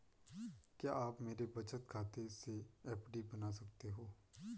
क्या आप मेरे बचत खाते से एफ.डी बना सकते हो?